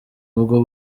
ubwo